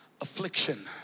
affliction